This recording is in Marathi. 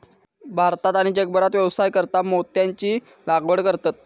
भारतात आणि जगभरात व्यवसायासाकारता मोत्यांची लागवड करतत